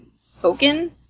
spoken